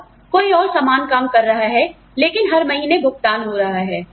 और कोई और समान काम कर रहा है लेकिन हर महीने भुगतान हो रहा है